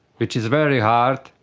which is very hard,